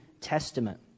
Testament